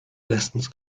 lessons